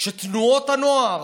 כשתנועות הנוער,